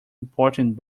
important